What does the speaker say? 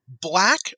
black